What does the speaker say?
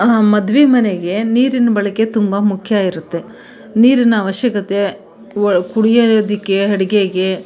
ಮದುವೆ ಮನೆಗೆ ನೀರಿನ ಬಳಕೆ ತುಂಬ ಮುಖ್ಯ ಇರುತ್ತೆ ನೀರಿನ ಅವಶ್ಯಕತೆ ಒ ಕುಡಿಯೋದಕ್ಕೆ ಅಡುಗೆಗೆ